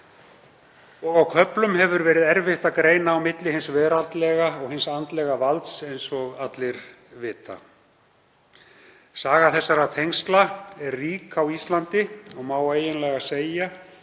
á köflum hefur verið erfitt að greina á milli hins veraldlega og hins andlega valds, eins og allir vita. Saga þessara tengsla er rík á Íslandi. Má eiginlega segja